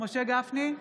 משה גפני,